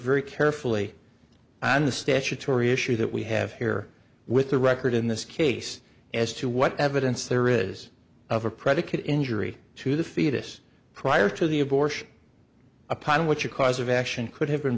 very carefully on the statutory issue that we have here with the record in this case as to what evidence there is of a predicate injury to the fetus prior to the abortion upon which a cause of action could have been